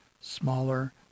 smaller